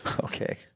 Okay